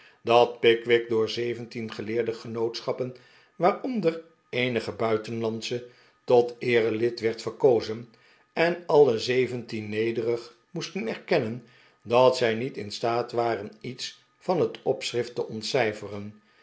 dat pickwick door zev'entien geleerde genootschappen waaronder eenige buitenlandsche tot eerelid werd verkozen en alle zeventien nederig moesten erkennen dat zij niet in staat waren iets van het opschrift te ontcijferen